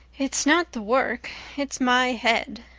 it's not the work it's my head.